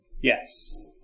Yes